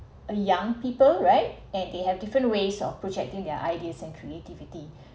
a young people right and they have different ways of projecting their ideas and creativity